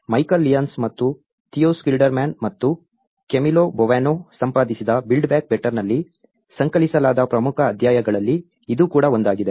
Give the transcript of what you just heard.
Michael Lyons ಮತ್ತು Theo Schilderman ಮತ್ತು Camillo Boano ಸಂಪಾದಿಸಿದ ಬಿಲ್ಡ್ ಬ್ಯಾಕ್ ಬೆಟರ್ನಲ್ಲಿ ಸಂಕಲಿಸಲಾದ ಪ್ರಮುಖ ಅಧ್ಯಾಯಗಳಲ್ಲಿ ಇದು ಕೂಡ ಒಂದಾಗಿದೆ